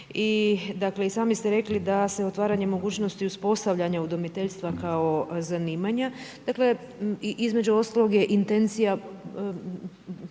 i sami ste rekli da se otvaranjem mogućnosti uspostavljanje udomiteljstva kao zanimanja. Dakle i između ostalog je intencija